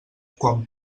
quan